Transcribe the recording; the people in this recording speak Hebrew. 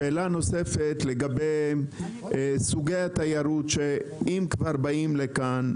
שאלה נוספת לגבי סוגי התיירות שאם כבר באים לכאן,